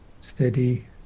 steady